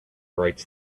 writes